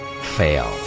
Fail